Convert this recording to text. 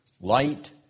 light